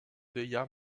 della